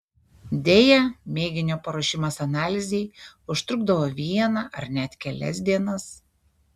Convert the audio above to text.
deja mėginio paruošimas analizei užtrukdavo vieną ar net kelias dienas